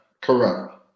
Correct